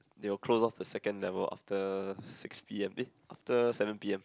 they will close off the second level after six p_m eh after seven p_m